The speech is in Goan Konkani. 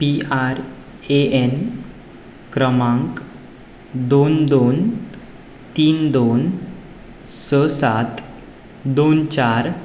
पीआरएएन क्रमांक दोन दोन तीन दोन स सात दोन चार